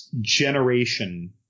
generation